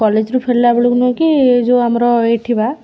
କଲେଜ୍ରୁ ଫେରିଲା ବେଳକୁ ନୁହଁ କି ଯେଉଁ ଆମର ଏଇଠି ବା